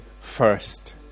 first